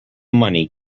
money